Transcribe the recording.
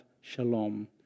shalom